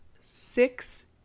six